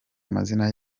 amazina